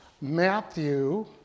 Matthew